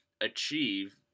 achieve